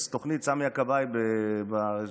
יש תוכנית שנקראת "סמי הכבאי" בטלוויזיה.